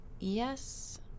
Yes